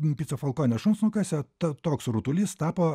pico falkonio šunsnukiuose ta toks rutulys tapo